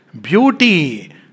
beauty